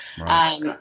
Right